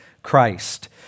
Christ